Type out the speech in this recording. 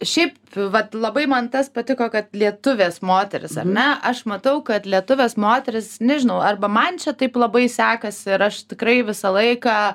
šiaip vat labai man tas patiko kad lietuvės moterys ar ne aš matau kad lietuvės moterys nežinau arba man čia taip labai sekasi ir aš tikrai visą laiką